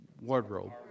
wardrobe